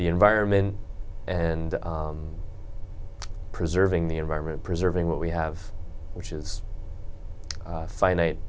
the environment and preserving the environment preserving what we have which is finite